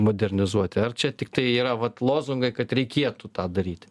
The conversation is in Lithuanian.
modernizuoti ar čia tiktai yra vat lozungai kad reikėtų tą daryti